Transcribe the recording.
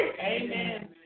Amen